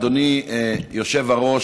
אדוני היושב-ראש,